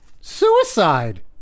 suicide